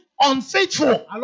unfaithful